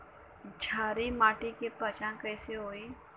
क्षारीय माटी के पहचान कैसे होई?